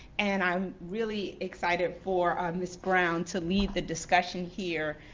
and i'm really excited for ms. brown to lead the discussion here.